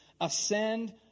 ascend